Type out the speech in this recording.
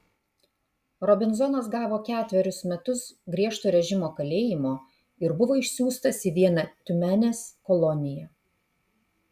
robinzonas gavo ketverius metus griežto režimo kalėjimo ir buvo išsiųstas į vieną tiumenės koloniją